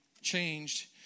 changed